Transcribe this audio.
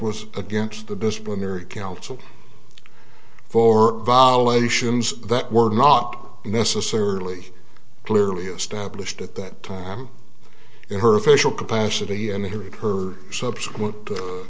was against the disciplinary council for violations that were not necessarily clearly established at that time in her facial capacity and hearing her subsequent